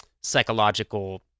psychological